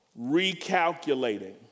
Recalculating